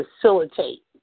facilitate